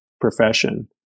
profession